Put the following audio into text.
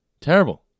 Terrible